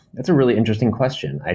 that's a really interesting question.